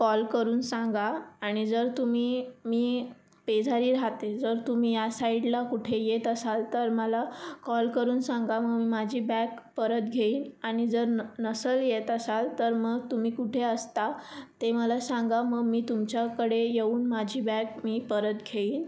call करून सांगा आणि जर तुम्ही मी पेझारी राहते जर तुम्ही या साईडला कुठे येत असाल तर मला कॉल करून सांगा मग मी माझी बॅग परत घेईन आणि जर न नसेल येत असाल तर मग तुम्ही कुठे असता ते मला सांगा मग मी तुमच्याकडे येऊन माझी बॅग मी परत घेईन